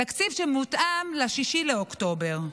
תקציב שמותאם ל-6 באוקטובר.